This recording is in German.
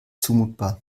zumutbar